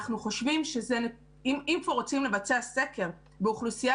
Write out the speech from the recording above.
אנחנו חושבים שאם כבר רוצים לבצע סקר באוכלוסייה